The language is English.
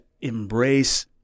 embrace